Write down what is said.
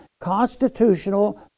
constitutional